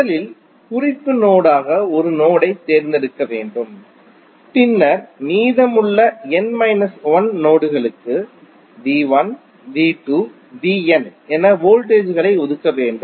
முதலில் குறிப்பு நோடு ஆக ஒரு நோடை தேர்ந்தெடுக்க வேண்டும் பின்னர் மீதமுள்ள n மைனஸ் 1 நோடுகளுக்கு V1 V2 Vn என வோல்டேஜ் களை ஒதுக்க வேண்டும்